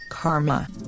Karma